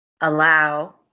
allow